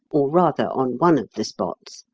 or, rather, on one of the spots,